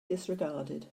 disregarded